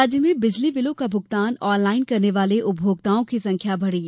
राज्य में बिजली बिलों का भुगतान ऑनलाइन करने वाले उपभोक्ता की संख्या बढ़ी